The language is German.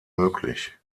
möglich